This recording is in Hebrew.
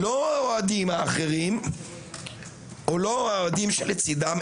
לא האוהדים האחרים או האוהדים שלצידם,